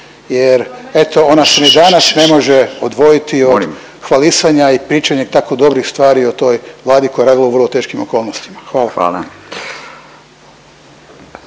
čuje./... ona se ni danas ne može odvojiti od … .../Upadica: Molim./... hvalisanja i pričanja tako dobrih stvari o toj vladi koja je radila u vrlo teškim okolnostima. Hvala.